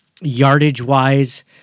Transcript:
Yardage-wise